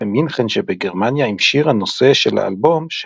במינכן שבגרמניה עם שיר הנושא של האלבום,